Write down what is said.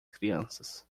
crianças